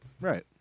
Right